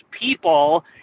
people